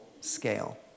scale